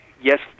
yes